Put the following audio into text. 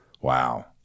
Wow